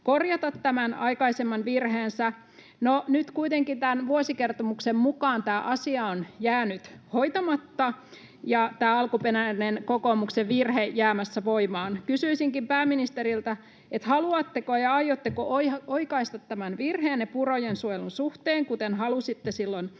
korjata tämän aikaisemman virheensä. No, nyt kuitenkin tämän vuosikertomuksen mukaan tämä asia on jäänyt hoitamatta ja tämä alkuperäinen kokoomuksen virhe jäämässä voimaan. Kysyisinkin pääministeriltä: Haluatteko ja aiotteko oikaista tämän virheenne purojen suojelun suhteen, kuten halusitte silloin